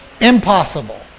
Impossible